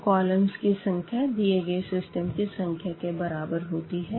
तो कॉलमस की संख्या दिए गए सिस्टम की संख्या के बराबर होती है